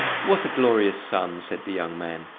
what a glorious sun, said the young man.